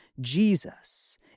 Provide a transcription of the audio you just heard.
Jesus